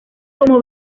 como